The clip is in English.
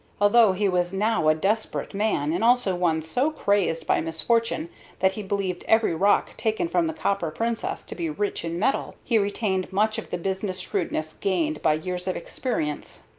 although he was now a desperate man, and also one so crazed by misfortune that he believed every rock taken from the copper princess to be rich in metal, he retained much of the business shrewdness gained by years of experience.